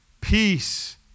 Peace